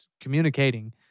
communicating